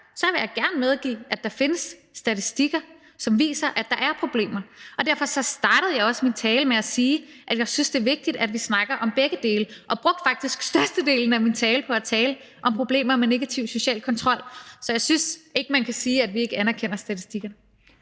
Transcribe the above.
vil jeg gerne medgive, at der findes statistikker, som viser, at der er problemer, og derfor startede jeg også min tale med at sige, at jeg synes, det er vigtigt, at vi snakker om begge dele. Jeg brugte faktisk størstedelen af min tale på at tale om problemer med negativ social kontrol. Så jeg synes ikke, man kan sige, at vi ikke anerkender statistikker.